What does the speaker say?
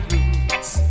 Roots